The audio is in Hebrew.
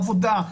עבודה,